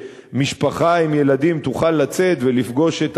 שמשפחה עם ילדים תוכל לצאת ולפגוש את